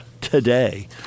today